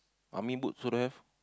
army boots also don't have